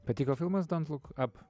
patiko filmas dont look up